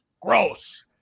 gross